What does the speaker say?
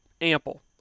ample